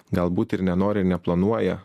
galbūt ir nenori neplanuoja